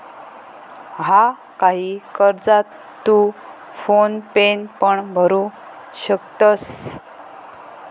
हा, काही कर्जा तू फोन पेन पण भरू शकतंस